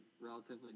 relatively